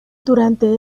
durante